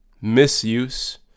misuse